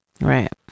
Right